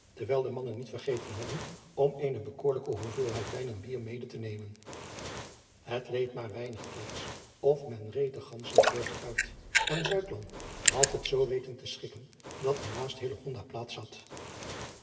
terwijl de mannen niet vergeten hadden om eene behoorlijke hoeveelheid wijn en bier mede te nemen et leed maar weinig tijds of men reed de ansenpoort uit en had het zoo weten te schikken dat hij naast plaats had